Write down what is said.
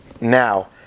Now